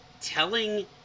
telling